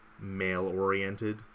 male-oriented